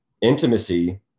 intimacy